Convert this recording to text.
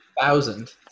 thousand